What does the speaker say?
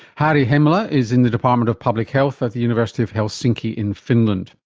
harri hemila is in the department of public health at the university of helsinki in finland.